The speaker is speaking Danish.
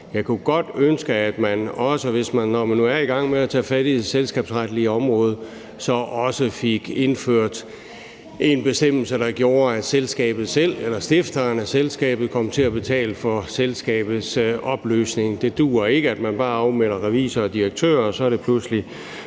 selskabsretlige område, så fik indført en bestemmelse, der gjorde, at selskabet selv eller stifteren af selskabet kom til at betale for selskabets opløsning. Det duer ikke, at man bare afmelder revisorer og direktører, og så er det pludselig